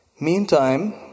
Meantime